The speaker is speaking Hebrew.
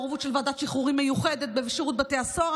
מעורבות של ועדת שחרורים מיוחדת בשירות בתי הסוהר.